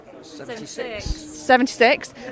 76